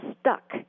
stuck